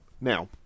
Now